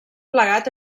plegat